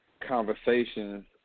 conversations